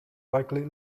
likely